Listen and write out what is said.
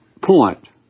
point